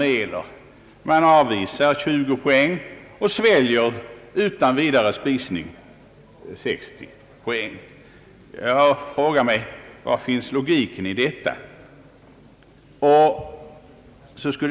Utskottet avvisar 20 poäng och sväljer utan vidare spisning 60 poäng. Var finns logiken i detta?